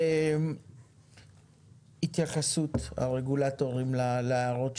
התייחסות הרגולטורים להערות שנשמעו.